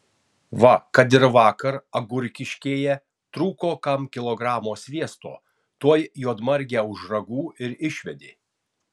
va kad ir vakar agurkiškėje trūko kam kilogramo sviesto tuoj juodmargę už ragų ir išvedė